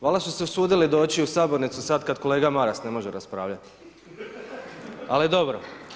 Valjda su se usudili doći u sabornici, sada kad kolega Maras ne može raspravljati, ali dobro.